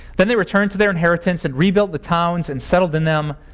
then they returned to their inheritance and rebuilt the towns and settled in them.